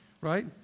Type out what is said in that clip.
right